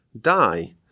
die